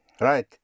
Right